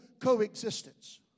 coexistence